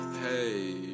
Hey